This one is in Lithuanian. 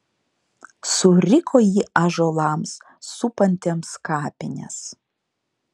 suriko ji ąžuolams supantiems kapines